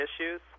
issues